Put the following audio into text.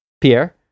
Pierre